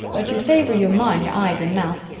but you favor your ma in your eyes and mouth.